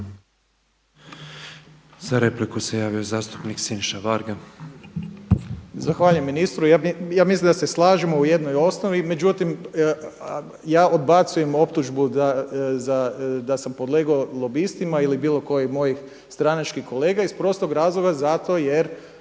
Za repliku se javio zastupnik Siniša Varga. **Varga, Siniša (SDP)** Zahvaljujem ministru. Ja mislim da se slažemo u jednoj osnovi, međutim ja odbacujem optužbu da sam podlegao lobistima ili bilo kojih mojih stranačkih kolega iz prostog razloga zato jer